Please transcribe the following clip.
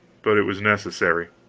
but it was necessary.